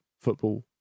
football